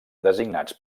designats